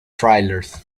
trailers